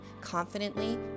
Confidently